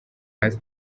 hanze